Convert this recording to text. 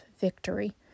victory